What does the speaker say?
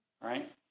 right